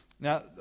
Now